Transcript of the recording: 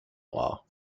law